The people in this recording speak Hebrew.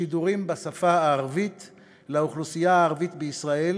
שידורים בשפה הערבית לאוכלוסייה הערבית בישראל